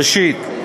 ראשית,